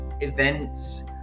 events